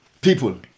people